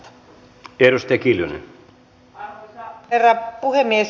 arvoisa herra puhemies